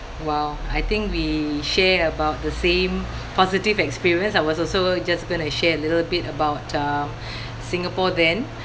!wow! I think we share about the same positive experience I was also just gonna share a little bit about uh Singapore then